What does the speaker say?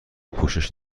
پوشش